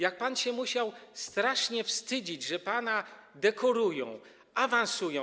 Jak pan się musiał strasznie wstydzić, że pana dekorują, awansują.